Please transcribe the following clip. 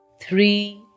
three